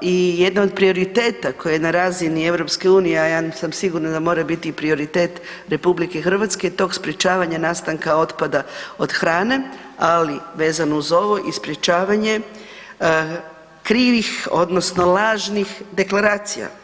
i jedno od prioriteta koji je na razini EU, a ja sam sigurna da mora biti i prioritet RH tog sprječavanja nastanka otpada od hrane, ali vezano uz ovo i sprječavanje krivih odnosno lažnih deklaracija.